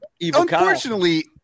unfortunately